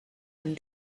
and